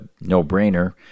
no-brainer